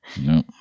no